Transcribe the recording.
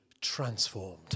transformed